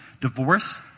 divorce